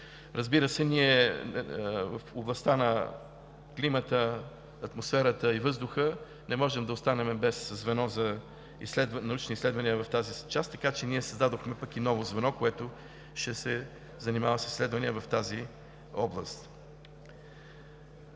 Разбира се, в областта на климата, атмосферата и въздуха не можем да останем без звено за научни изследвания в тази част, така че ние създадохме пък и ново звено, което ще се занимава с изследвания в тази област.